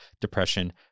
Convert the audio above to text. depression